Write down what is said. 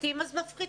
מפחיתים אז מפחיתים.